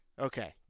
Okay